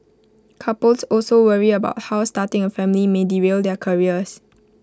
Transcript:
couples also worry about how starting A family may derail their careers